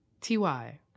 Ty